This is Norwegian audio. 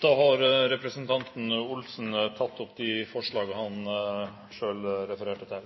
Representanten Per Arne Olsen har tatt opp de forslagene han refererte til.